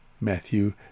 Matthew